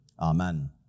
amen